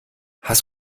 hast